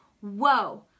whoa